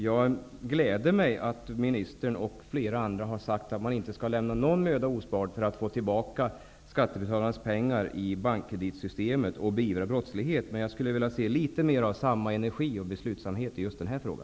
Jag gläder mig åt att statsrådet och flera andra har sagt att man inte skall lämna någon möda ospard för att få tillbaka skattebetalarnas pengar i banksystemet och beivra brottsligheten, men jag skulle vilja se litet mer av denna energi och beslutsamhet i just denna fråga.